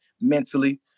mentally